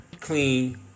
clean